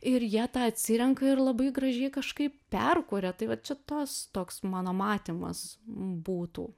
ir jie tą atsirenka ir labai gražiai kažkaip perkuria tai vat čia tos toks mano matymas būtų